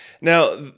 Now